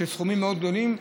על סכומים מאוד גדולים.